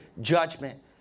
judgment